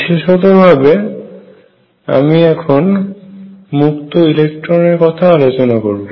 বিশেষত ভাবে আমি এখন মুক্ত ইলেকট্রন এর কথা আলোচনা করব